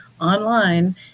online